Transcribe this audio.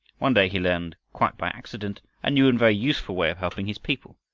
one day he learned, quite by accident, a new and very useful way of helping his people.